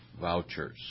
vouchers